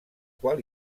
qual